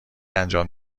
انجام